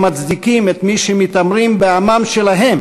הם מצדיקים את מי שמתעמרים בעמם שלהם